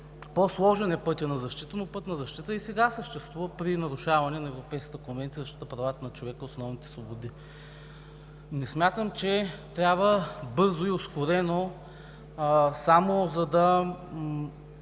по-сложен е пътят на защита, но път на защита и сега съществува при нарушаване на Европейската конвенция за защита правата на човека и основните свободи. Не смятам, че трябва бързо и ускорено, само за да